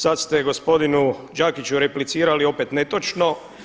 Sad ste gospodinu Đakiću replicirali opet netočno.